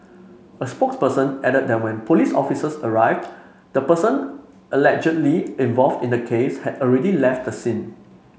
a spokesperson added that when police officers arrived the person allegedly involved in the case had already left the scene